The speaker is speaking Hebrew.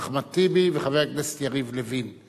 אחמד טיבי וחבר הכנסת יריב לוין.